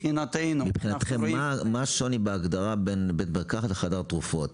מה השוני בהגדרה בין בית מרקחת לחדר תרופות?